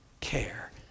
care